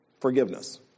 forgiveness